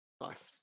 Nice